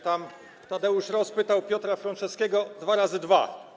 Tam Tadeusz Ross pytał Piotra Fronczewskiego: Dwa razy dwa.